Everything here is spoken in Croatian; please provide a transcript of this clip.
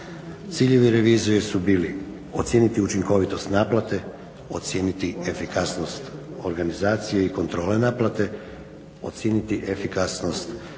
Ciljevi revizije su bili ocijeniti učinkovitost naplate, ocijeniti efikasnost organizacije i kontrole naplate, ocijeniti efikasnost